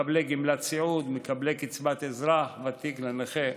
מקבלי גמלת סיעוד, מקבלי קצבת אזרח ותיק לנכה.